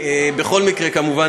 בכל מקרה, מובן